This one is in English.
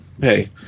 hey